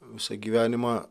visą gyvenimą